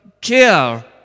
care